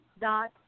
dot